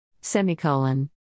Semicolon